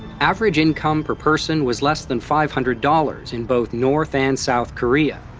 average income per-person was less than five hundred dollars in both north and south korea.